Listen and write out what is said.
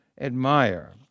admire